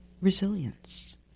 resilience